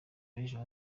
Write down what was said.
beza